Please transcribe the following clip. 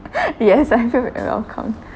yes I feel very welcomed